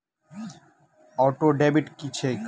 Auto debit की छैक?